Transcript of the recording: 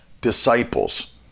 disciples